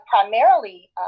primarily